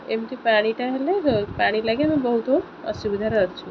ଏମିତି ପାଣିଟା ହେଲେ ପାଣି ଲାଗି ଆମେ ବହୁତ ଅସୁବିଧାରେ ଅଛୁ